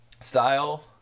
style